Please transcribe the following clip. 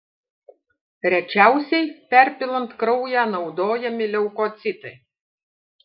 rečiausiai perpilant kraują naudojami leukocitai